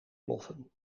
ploffen